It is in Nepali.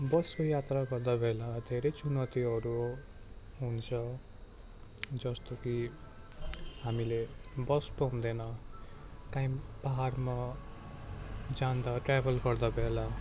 बसको यात्रा गर्दा बेला धेरै चुनौतीहरू हुन्छ जस्तो कि हामीले बस पाउँदैन टाइम पाहाडमा जाँदा ट्राभल गर्दा बेला